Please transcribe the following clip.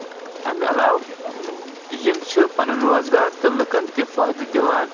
اَمہِ علاوٕ یِم چھِ پَنُن روزگار تہٕ لُکن تہِ فٲیِدٕ دِوان